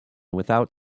without